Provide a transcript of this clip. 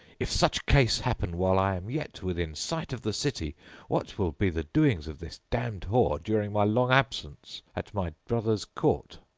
if such case happen while i am yet within sight of the city what will be the doings of this damned whore during my long absence at my brother's court?